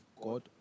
God